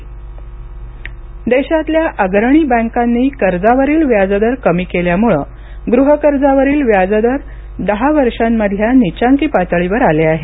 गहकर्ज व्याजदर देशातल्या अग्रणी बँकांनी कर्जावरील व्याजदर कमी केल्यामुळे गृहकर्जावरील व्याजदर दहा वर्षांमधल्या नीचांकी पातळीवर आले आहेत